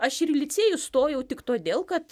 aš ir licėjų stojau tik todėl kad